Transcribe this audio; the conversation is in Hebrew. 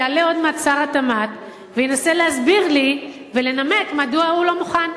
יעלה עוד מעט שר התמ"ת וינסה להסביר לי ולנמק מדוע הוא לא מוכן.